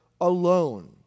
alone